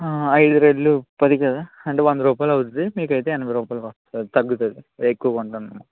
అవి రెండు పది కదా అంటే వంద రూపాయలు అవుద్ది మీకైతే ఎనభై రూపాయలకు వస్తుంది తగ్గుతుంది ఎక్కువ కొంటున్నందుకు